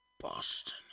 Boston